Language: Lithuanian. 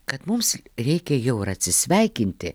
kad mums reikia jau ir atsisveikinti